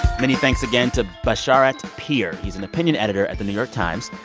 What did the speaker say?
many thanks again to basharat peer. he's an opinion editor at the new york times.